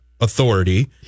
authority